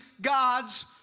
God's